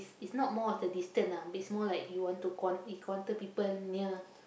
it's not more of the distance lah it's more like you want to quan~ you people near